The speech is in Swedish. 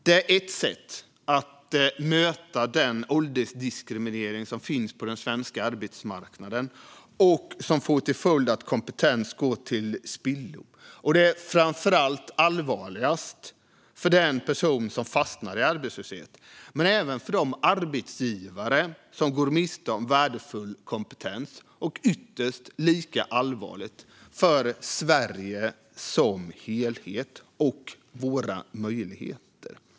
Detta sätt att möta den åldersdiskriminering som finns på den svenska arbetsmarknaden får till följd att kompetens går till spillo. Det är framför allt allvarligt för den person som fastnar i arbetslöshet men även allvarligt för de arbetsgivare som går miste om värdefull kompetens och ytterst för Sverige som helhet och våra möjligheter.